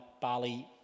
Bali